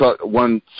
one